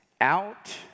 Out